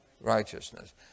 Righteousness